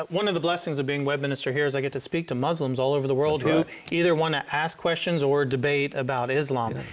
but one of the blessings of being web minister here is i get to speak to muslims all over the world that either want to ask questions or debate about islam.